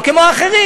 כמו אחרים,